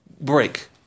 break